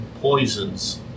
poisons